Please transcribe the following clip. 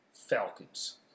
Falcons